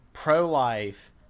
pro-life